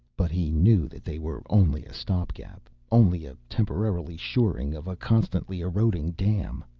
but he knew that they were only a stopgap, only a temporarily shoring of a constantly-eroding dam.